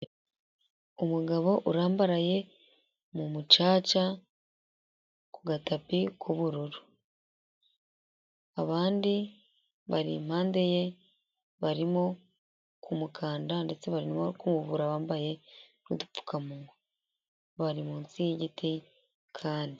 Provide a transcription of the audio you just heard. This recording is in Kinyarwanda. Umugabo urambaraye mu mucaca ku gatapi k'ubururu, abandi bari impande ye barimo kumukanda ndetse barimo kumuvura bambaye udupfukamunwa, bari munsi y'igiti kandi.